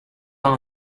pas